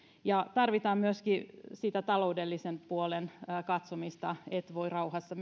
tarvitaan myöskin sitä taloudellisen puolen katsomista että voi rauhassa